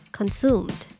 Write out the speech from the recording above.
Consumed